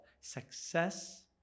success